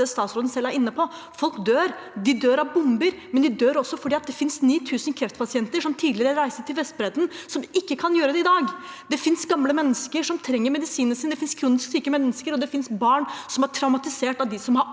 statsråden selv er inne på: Folk dør. De dør av bomber, men de dør også fordi det finnes 9 000 kreftpasienter som tidligere reiste til Vestbredden, som ikke kan gjøre det i dag. Det finnes gamle mennesker som trenger medisinene sine, det finnes kronisk syke mennesker, og det finnes barn som er traumatisert – av de som har